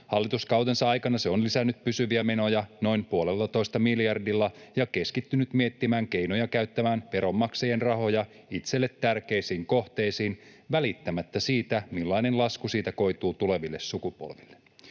Hallituskautensa aikana se on lisännyt pysyviä menoja noin 1,5 miljardilla ja keskittynyt miettimään keinoja käyttää veronmaksajien rahoja itselle tärkeisiin kohteisiin välittämättä siitä, millainen lasku siitä koituu tuleville sukupolville.